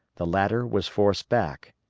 the latter was forced back,